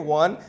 one